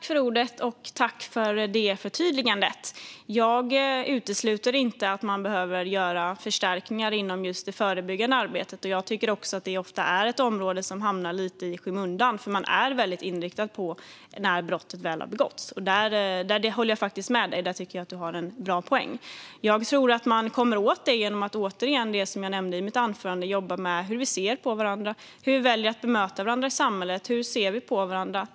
Fru talman! Tack för detta förtydligande! Jag utesluter inte att man behöver göra förstärkningar inom just det förebyggande arbetet, och jag tycker också att det är ett område som ofta hamnar lite i skymundan. Man är väldigt inriktad på vad som händer när brottet väl har begåtts. Det håller jag med dig om; där tycker jag att du har en bra poäng. Jag tror återigen att man kommer åt detta genom det som jag nämnde i mitt anförande: att jobba med hur vi ser på varandra och hur vi väljer att bemöta varandra i samhället. Hur ser vi på varandra?